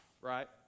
right